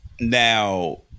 Now